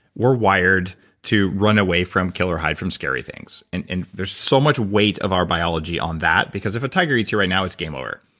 we're wired to run away from kill or hide from scary things. and and there's so much weight of our biology on that because if a tiger eats you right now, it's game over.